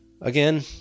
Again